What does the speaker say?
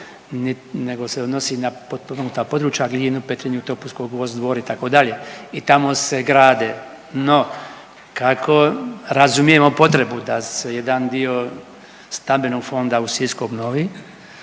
nego se odnosi na potpomognuta područja Glinu, Petrinju, Topusko, Gvozd, Dvor itd. i tamo se grade. No, kako razumijemo potrebu da se jedan dio stambenog fonda u Sisku obnovi